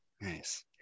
Nice